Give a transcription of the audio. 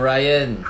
Ryan